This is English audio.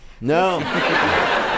No